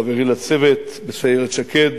חברי לצוות בסיירת שקד,